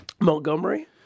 Montgomery